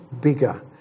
bigger